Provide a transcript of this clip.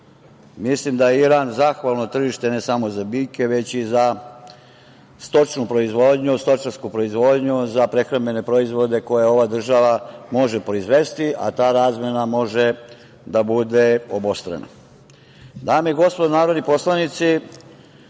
Mislim da je Iran zahvalno tržište, ne samo za biljke, već i za stočnu proizvodnju, stočarsku proizvodnju za prehrambene proizvode koje ova država može proizvesti, a ta razmena može da bude obostrana. Dame i gospodo narodni poslanici,